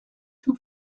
too